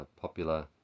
popular